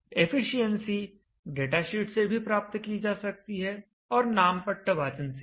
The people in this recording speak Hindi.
एफिशिएंसी डाटाशीट से भी प्राप्त की जा सकती है और नामपट्ट वाचन से भी